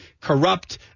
corrupt